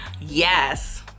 Yes